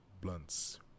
Blunts